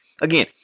again